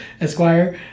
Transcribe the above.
Esquire